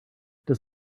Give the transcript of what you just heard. does